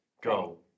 go